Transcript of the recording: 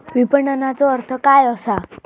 विपणनचो अर्थ काय असा?